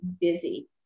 busy